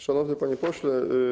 Szanowny Panie Pośle!